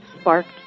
sparked